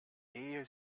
ehe